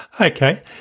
Okay